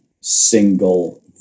single